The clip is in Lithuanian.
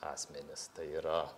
asmenis tai yra